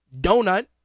donut